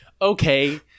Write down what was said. Okay